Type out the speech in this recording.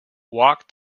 walk